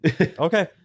Okay